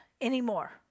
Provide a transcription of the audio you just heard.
anymore